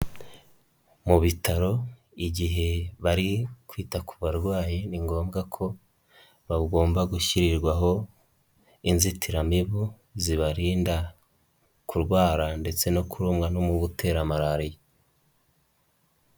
Mu bitaro igihe bari kwita ku barwayi ni ngombwa ko bagomba gushyirirwaho inzitiramibu zibarinda kurwara ndetse no kurumwa n'umubu utera Malariya.